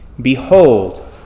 Behold